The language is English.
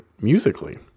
musically